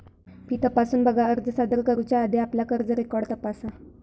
fee तपासून बघा, अर्ज सादर करुच्या आधी आपला कर्ज रेकॉर्ड तपासा